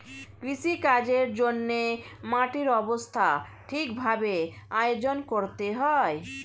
কৃষিকাজের জন্যে মাটির অবস্থা ঠিক ভাবে আয়োজন করতে হয়